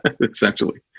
essentially